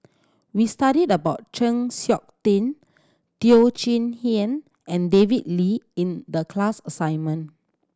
we studied about Chng Seok Tin Teo Chee Hean and David Lee in the class assignment